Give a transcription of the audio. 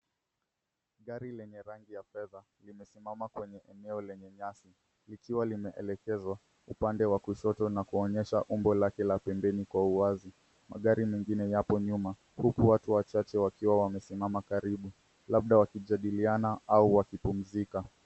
Gari lenye rangi lenye rangi ya fedha limesimama kwenye eneo lenye nyasi likiwa kinaelekezwa upande wa kushoto na kuonyesha umbo lake lake la pembeni kwa uwazi. Magari mengine yapo nyuma huku watu wachache wakiwa wamesimama karibu labda wakijadiliana au wakipumzika.